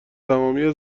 تمامی